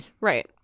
Right